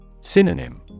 Synonym